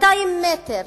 200 מטר